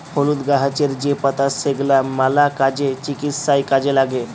হলুদ গাহাচের যে পাতা সেগলা ম্যালা কাজে, চিকিৎসায় কাজে ল্যাগে